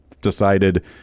decided